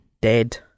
dead